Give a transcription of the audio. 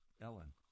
Ellen